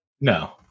no